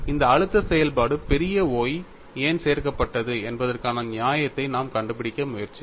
இந்த அழுத்த செயல்பாடு பெரிய Y ஏன் சேர்க்கப்பட்டது என்பதற்கான நியாயத்தை நாம் கண்டுபிடிக்க முயற்சிக்கிறோம்